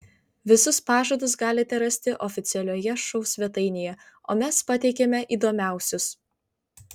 visus pažadus galite rasti oficialioje šou svetainėje o mes pateikiame įdomiausius